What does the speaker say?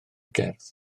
gerdd